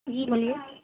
جی بولیے